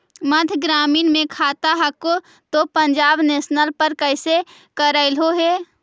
मध्य ग्रामीण मे खाता हको तौ पंजाब नेशनल पर कैसे करैलहो हे?